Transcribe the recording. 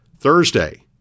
Thursday